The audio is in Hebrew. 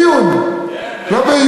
בעיון, לא בבקיאות.